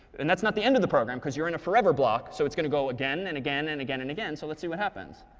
and that's not the end of the program because you're in a forever block, so it's going to go again and again and again and again. so let's see what happens.